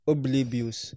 Oblivious